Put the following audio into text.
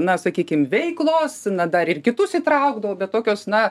na sakykim veiklos na dar ir kitus įtraukdavau bet tokios na